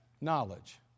knowledge